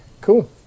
Cool